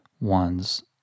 one's